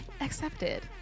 accepted